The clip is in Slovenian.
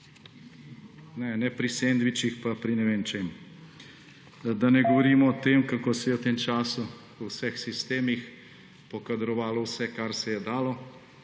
ne pri sendvičih in ne vem čem. Da ne govorim o tem, kako se je v tem času v vseh sistemih pokadrovalo vse, kar se je dalo.